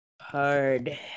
Hard